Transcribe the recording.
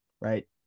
right